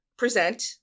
present